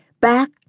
back